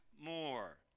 more